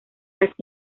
las